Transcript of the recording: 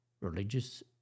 religious